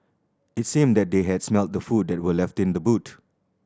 it seemed that they had smelt the food that were left in the boot